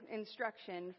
instruction